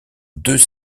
deux